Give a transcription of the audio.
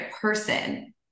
person